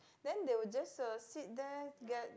then they will just uh sit there get